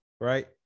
right